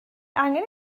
angen